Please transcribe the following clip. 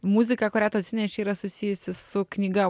muzika kurią tu atsinešei yra susijusi su knyga